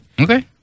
Okay